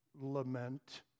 lament